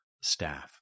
staff